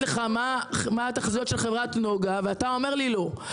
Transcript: לך מה התחזיות של חברת נגה ואתה אומר לי לא.